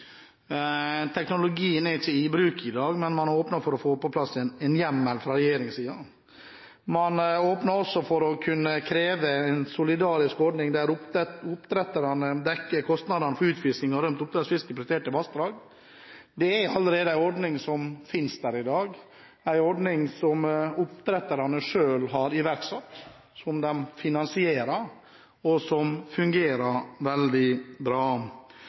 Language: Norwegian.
Teknologien er ikke i bruk i dag, men fra regjeringens side åpner man for å få på plass en hjemmel. Man åpner også for å kunne kreve en solidarisk ordning der oppdretterne dekker kostnadene for utfisking av rømt oppdrettsfisk i prioriterte vassdrag. Der finnes det allerede en ordning i dag, en ordning som oppdretterne selv har iverksatt, som de finansierer, og som fungerer veldig bra.